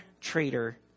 traitor